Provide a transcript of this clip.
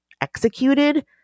executed